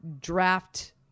draft